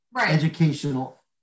educational